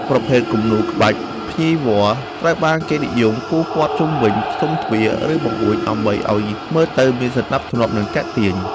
ប្រភេទគំនូរ ក្បាច់ភ្ញីវល្លិ ត្រូវបានគេនិយមគូរព័ទ្ធជុំវិញស៊ុមទ្វារ ឬបង្អួច ដើម្បីឱ្យមើលទៅមានសណ្ដាប់ធ្នាប់ និងទាក់ទាញ។